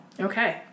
Okay